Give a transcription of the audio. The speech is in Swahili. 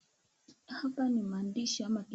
Hapa ni mahandishi ama